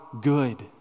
good